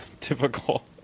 typical